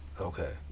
Okay